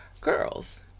girls